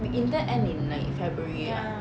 你 intern end in like february ah